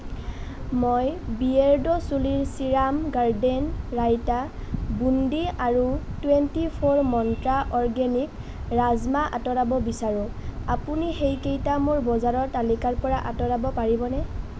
মই বিয়েৰ্ডো চুলিৰ ছিৰাম গাৰ্ডেন ৰাইতা বুণ্ডি আৰু twenty four Mantra organic rajma আঁতৰাব বিচাৰোঁ আপুনি সেইকেইটা মোৰ বজাৰৰ তালিকাৰ পৰা আঁতৰাব পাৰিবনে